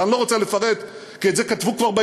אני לא רוצה לפרט' כי את זה כבר כתבו בעיתונים,